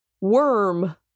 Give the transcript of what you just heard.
Worm